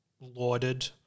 lauded